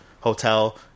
hotel